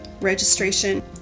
registration